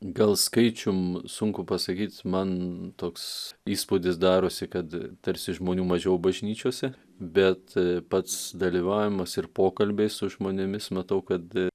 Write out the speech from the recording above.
gal skaičium sunku pasakyt man toks įspūdis darosi kad tarsi žmonių mažiau bažnyčiose bet pats dalyvavimas ir pokalbiai su žmonėmis matau kad